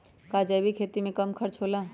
का जैविक खेती में कम खर्च होला?